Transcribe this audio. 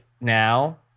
now